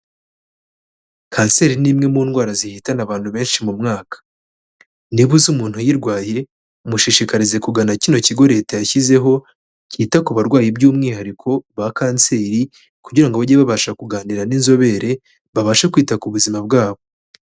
Kanseri ni imwe mu ndwara zihitana abantu benshi mu mwaka. Niba uzi umuntu uyirwaye, mushishikarize kugana kino kigo leta yashyizeho cyita ku barwayi by'umwihariko ba kanseri kugira ngo bajye babasha kuganira n'inzobere, babashe kwita ku buzima bwabo.